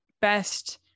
best